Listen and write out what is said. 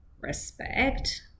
respect